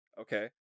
Okay